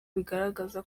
bigaragaza